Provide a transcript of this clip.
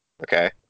Okay